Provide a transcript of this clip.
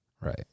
Right